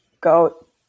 Goat